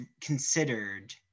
considered